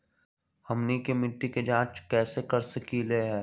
हमनी के मिट्टी के जाँच कैसे कर सकीले है?